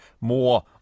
more